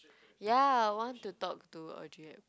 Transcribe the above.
ya I want to talk to Audrey-Hepburn